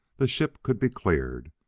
the ship could be cleared.